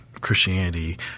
Christianity